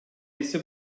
ise